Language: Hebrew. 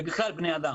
ובכלל בני אדם,